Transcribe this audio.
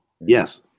yes